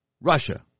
Russia